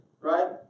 right